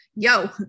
Yo